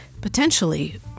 potentially